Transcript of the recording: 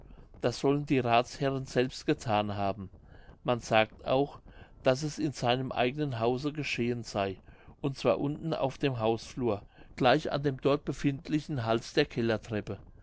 das sollen die rathsherren selbst gethan haben man sagt auch daß es in seinem eigenen hause geschehen sey und zwar unten auf dem hausflur gleich an dem dort befindlichen hals der kellertreppe